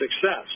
success